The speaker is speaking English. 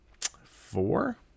four